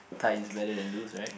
tight is better than loose right